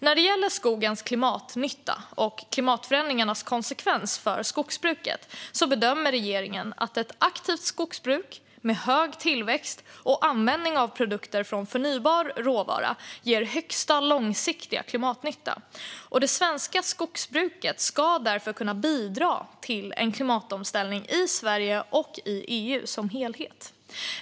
När det gäller skogens klimatnytta och klimatförändringarnas konsekvenser för skogsbruket bedömer regeringen att ett aktivt skogsbruk med hög tillväxt och användning av produkter från förnybar råvara ger högsta långsiktiga klimatnytta. Det svenska skogsbruket ska därför kunna bidra till en klimatomställning i Sverige och EU som helhet.